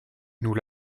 nous